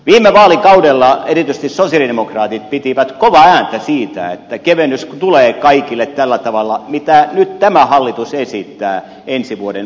viime vaalikaudella erityisesti sosialidemokraatit pitivät kovaa ääntä siitä että kevennys tulee kaikille tällä tavalla mitä nyt tämä hallitus esittää ensi vuoden veroratkaisuksi